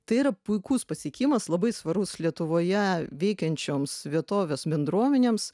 tai yra puikus pasiekimas labai svarus lietuvoje veikiančioms vietovės bendruomenėms